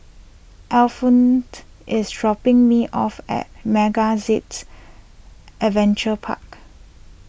Al fent is dropping me off at MegaZip Adventure Park